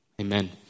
Amen